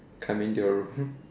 come into your room